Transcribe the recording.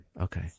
Okay